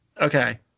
Okay